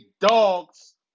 dogs